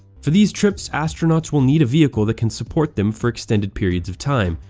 for these trips, astronauts will need a vehicle that can support them for extended periods of time,